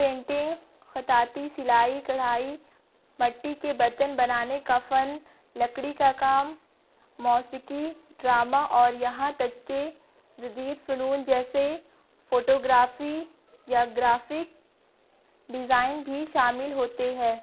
painting خطاطی سلائی کڑھائی مٹی کے برتن بنانے کا فن لکڑی کا کام موسقی ڈرامہ اور یہاں تک کے جدید فنون جیسے فوٹوگرافی یا گرافک ڈیزائن بھی شامل ہوتے ہیں